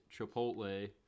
Chipotle